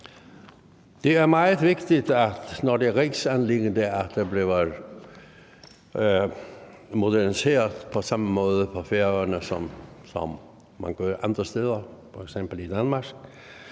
Det er meget vigtigt, at der, når det er et rigsanliggende, bliver moderniseret på samme måde på Færøerne, som man gør andre steder, f.eks. i Danmark.